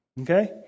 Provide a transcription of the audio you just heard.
Okay